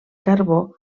carbó